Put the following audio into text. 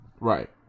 Right